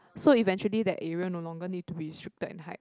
so eventually that area no longer need to be restricted in height